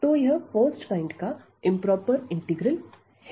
तो यह first kind का इंप्रोपर इंटीग्रल है